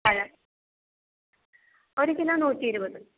പഴം ഒരു കിലോ നൂറ്റി ഇരുപത്